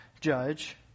judge